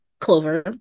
Clover